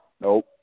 Nope